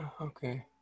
okay